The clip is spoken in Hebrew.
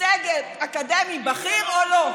סגל אקדמי בכיר או לא?